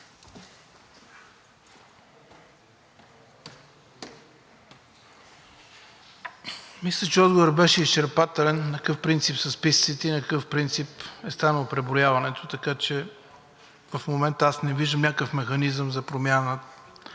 Мисля, че отговорът беше изчерпателен на какъв принцип са списъците и на какъв принцип е станало преброяването. Така че в момента аз не виждам някакъв механизъм за промяна